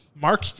Mark